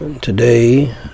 Today